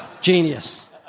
genius